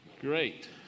Great